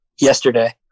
Yesterday